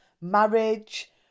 marriage